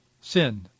Sin